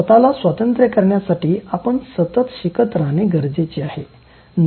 स्वतला स्वतंत्र करण्यासाठी आपण सतत शिकत राहणे गरजेचे आहे